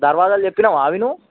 దర్వాజాలు చెప్పినావా అవి నువ్వు